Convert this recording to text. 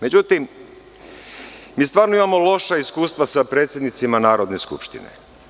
Međutim, mi stvarno imamo loša iskustva sa predsednicima Narodne skupštine.